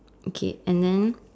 okay and then